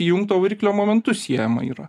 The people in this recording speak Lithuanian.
įjungto variklio momentu siejama yra